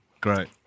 Great